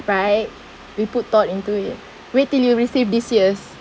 right we put thought into it wait till you receive this year